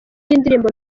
y’indirimbo